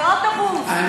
באוטובוס,